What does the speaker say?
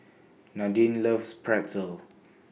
Nadine loves Pretzel